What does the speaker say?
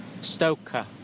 stoker